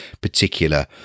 particular